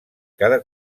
cada